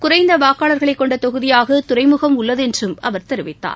குறைந்த வாக்காளர்களைக் கொண்ட தொகுதியாக துறைமுகம் உள்ளது என்றும் அவர் தெரிவித்தார்